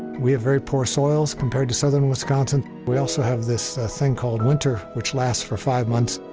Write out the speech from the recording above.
we have very poor soils, compared to southern wisconsin. we also have this thing called winter, which lasts for five months.